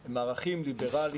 הם ערכים ליברלים,